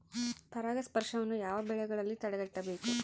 ಪರಾಗಸ್ಪರ್ಶವನ್ನು ಯಾವ ಬೆಳೆಗಳಲ್ಲಿ ತಡೆಗಟ್ಟಬೇಕು?